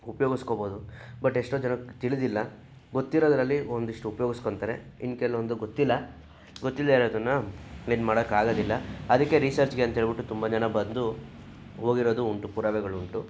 ಉಪಯೋಗಿಸ್ಕೋಬೋದು but ಎಷ್ಟೋ ಜನಕ್ಕೆ ತಿಳಿದಿಲ್ಲ ಗೊತ್ತಿರೋರಲ್ಲಿ ಒಂದಿಷ್ಟು ಉಪಯೋಗಿಸ್ಕೊಳ್ತಾರೆ ಇನ್ನು ಕೆಲವೊಂದು ಗೊತ್ತಿಲ್ಲ ಗೊತ್ತಿಲ್ಲದೇ ಇರೋದನ್ನು ಏನು ಮಾಡೋಕ್ಕೆ ಆಗೋದಿಲ್ಲ ಅದಕ್ಕೆ ರಿಸರ್ಚ್ಗೆ ಅಂಥೇಳ್ಬಿಟ್ಟು ತುಂಬ ಜನ ಬಂದು ಹೋಗಿರೋದು ಉಂಟು ಪುರಾವೆಗಳುಂಟು